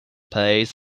plays